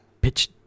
pitch